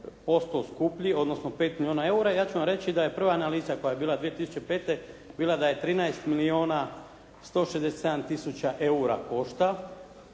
50% skuplji, odnosno 5 milijuna eura. Ja ću vam reći da je prva analiza koja je bila 2005. bila da je 13 milijuna 167000 eura košta,